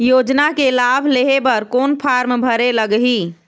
योजना के लाभ लेहे बर कोन फार्म भरे लगही?